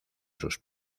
sus